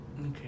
Okay